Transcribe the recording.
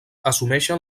assumeixen